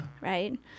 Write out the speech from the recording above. Right